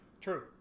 True